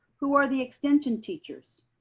who are the extension teachers?